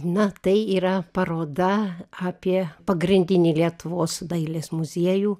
na tai yra paroda apie pagrindinį lietuvos dailės muziejų